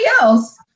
else